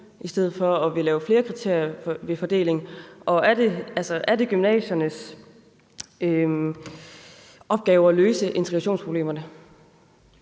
i stedet for at ville lave flere kriterier ved fordeling? Og er det gymnasiernes opgave at løse integrationsproblemerne?